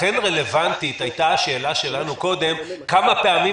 לכן השאלה שלנו קודם היא רלוונטית: כמה פעמים